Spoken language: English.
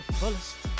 fullest